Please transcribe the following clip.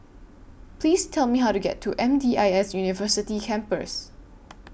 Please Tell Me How to get to M D I S University Campus